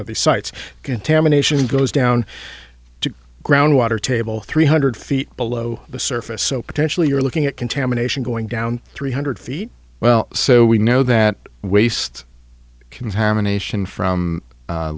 of the sites contamination goes down to ground water table three hundred feet below the surface so potentially you're looking at contamination going down three hundred feet well so we know that waste contamination from